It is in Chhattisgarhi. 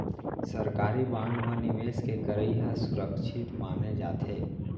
सरकारी बांड म निवेस के करई ह सुरक्छित माने जाथे